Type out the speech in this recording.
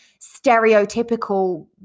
stereotypical